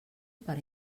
per